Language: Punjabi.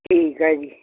ਠੀਕ ਹੈ ਜੀ